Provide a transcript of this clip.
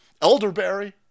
Elderberry